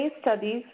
studies